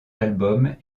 albums